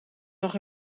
nog